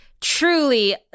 truly